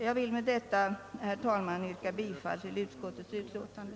Jag vill med det anförda, herr talman, yrka bifall till utskottets utlåtande.